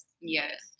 Yes